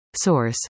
Source